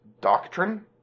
doctrine